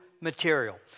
material